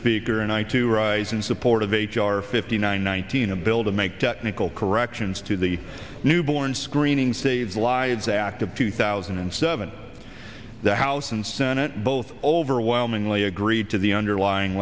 speaker and i to rise in support of h r fifty nine nineteen a bill to make technical corrections to the newborn screening save lives act of two thousand and seven the house and senate both overwhelmingly agreed to the underlying